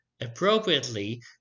appropriately